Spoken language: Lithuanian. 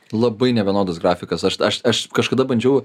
labai nevienodas grafikas aš aš aš kažkada bandžiau